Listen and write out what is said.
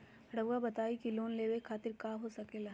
रउआ बताई की लोन लेवे खातिर काका हो सके ला?